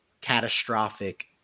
catastrophic